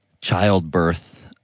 childbirth